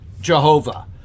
Jehovah